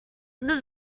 that